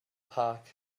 park